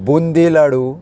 boondi लाडू